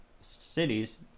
cities